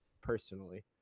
personally